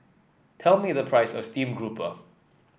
tell me the price of Steamed Grouper